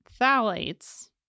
phthalates